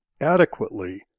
adequately